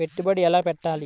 పెట్టుబడి ఎలా పెట్టాలి?